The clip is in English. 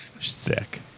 Sick